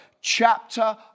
chapter